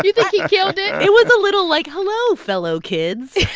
think he killed it? it was a little like, hello, fellow kids